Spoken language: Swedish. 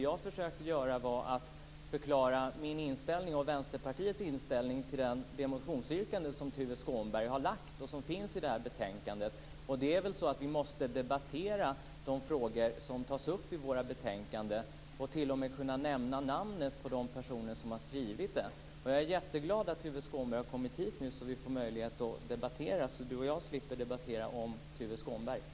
Jag försökte förklara min och Vänsterpartiets inställning till det motionsyrkande som Tuve Skånberg har lagt och som finns i det här betänkandet. Det är väl så att vi måste debattera de frågor som tas upp i våra betänkanden och t.o.m. kunna nämna namnet på de personer som har skrivit om frågorna. Jag är jätteglad att Tuve Skånberg nu har kommit hit, så att vi får möjlighet att debattera och så att Kjell Eldensjö och jag slipper debattera om